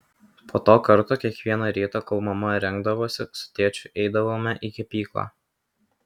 po to karto kiekvieną rytą kol mama rengdavosi su tėčiu eidavome į kepyklą